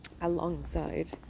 alongside